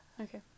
Okay